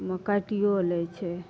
ओहिमे काटियो लै छै